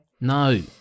No